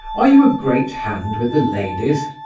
are you a great hand with the ladies?